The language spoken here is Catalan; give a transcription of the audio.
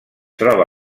troba